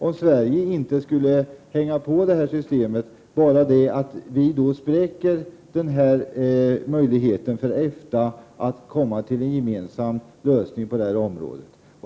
Om Sverige inte hänger på det här systemet spräcker vi alltså möjligheten för EFTA att komma till en gemensam lösning på detta område.